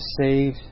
save